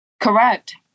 Correct